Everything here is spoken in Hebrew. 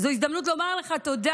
זו הזדמנות לומר לך תודה על